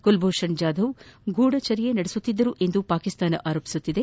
ಕುಲಭೂಷಣ್ ಜಾಧವ್ ಗೂಢಚರ್ಯೆ ನಡೆಸುತ್ತಿದ್ದರು ಎಂದು ಪಾಕಿಸ್ತಾನ ಆರೋಪಿಸುತ್ತಿದೆ